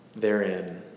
therein